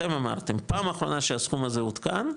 אתם אמרתם, פעם אחרונה שהסכום הזה עודכן,